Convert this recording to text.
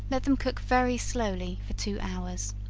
let them cook very slowly for two hours.